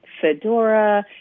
fedora